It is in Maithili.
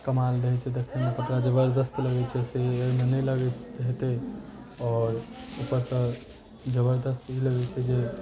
कमाल रहै छै देखैमे ओकरा जबरदस्त लगै छै से अइमे नहि लगैत हेतै आओर उपरसँ जबरदस्त ई लगै छै जे